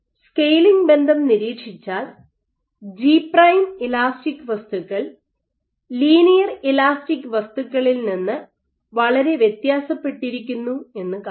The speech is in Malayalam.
സ്കെയിലിംഗ് ബന്ധം നിരീക്ഷിച്ചാൽ ജി പ്രൈം ഇലാസ്റ്റിക് വസ്തുക്കൾ ലീനിയർ ഇലാസ്റ്റിക് വസ്തുക്കളിൽ നിന്ന് വളരെ വ്യത്യാസപ്പെട്ടിരിക്കുന്നു എന്നുകാണാം